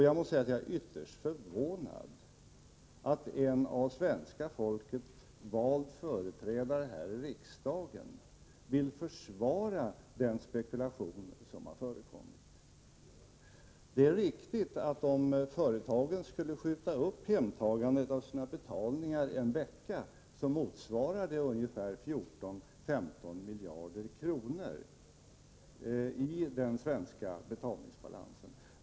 Jag måste säga att jag är ytterst förvånad över att en av svenska folket vald företrädare här i riksdagen vill försvara den spekulation som har förekommit. Det är riktigt, att om företagen skulle skjuta upp hemtagandet av sina betalningar en vecka, motsvarar det ungefär 14-15 miljarder kronor i den svenska betalningsbalansen.